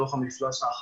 דו"ח ה- -- האחרון